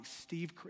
Steve